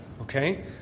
okay